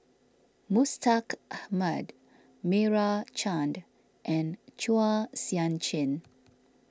Mustaq Ahmad Meira Chand and Chua Sian Chin